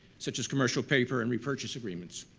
such as commercial paper and repurchase agreements.